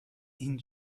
این